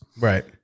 Right